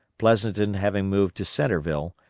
pleasonton having moved to centreville,